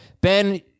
Ben